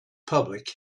public